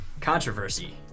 Controversy